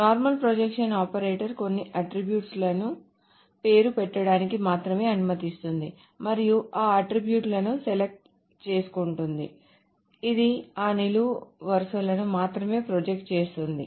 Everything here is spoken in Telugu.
నార్మల్ ప్రొజెక్షన్ ఆపరేటర్ కొన్ని అట్ట్రిబ్యూట్ లను పేరు పెట్టడానికి మాత్రమే అనుమతిస్తుంది మరియు ఆ అట్ట్రిబ్యూట్ లను సెలెక్ట్ చేసుకుంటుంది ఇది ఆ నిలువు వరుసలను మాత్రమే ప్రొజెక్ట్ చేస్తుంది